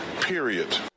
period